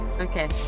Okay